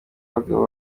abagabo